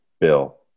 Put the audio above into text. Bill